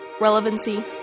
relevancy